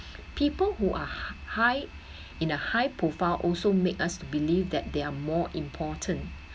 people who are high in a high profile also make us believe that they are more important